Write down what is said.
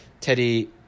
Teddy